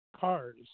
cars